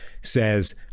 says